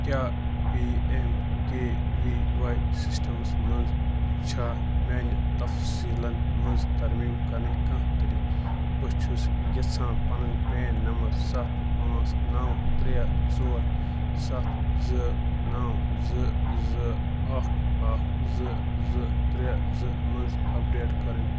کیٛاہ P M K V Y systems منٛز چھا میٛٲنہِ تفصیٖلن منٛز ترمیم کرنٕکۍ کانٛہہ طریقہٕ بہٕ چھُس یژھان پنُن پین نمبر سَتھ پانٛژھ نَو ترٛےٚ ژور سَتھ زٕ نَو زٕ زٕ اکھ اکھ زٕ زٕ ترٛےٚ زٕ منٛز اپڈیٹ کرٕنۍ